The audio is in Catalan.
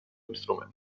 instrument